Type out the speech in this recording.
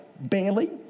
barely